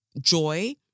joy